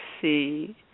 see